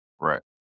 Right